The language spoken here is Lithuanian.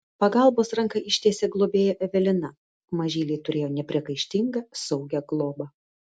pagalbos ranką ištiesė globėja evelina mažyliai turėjo nepriekaištingą saugią globą